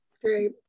Great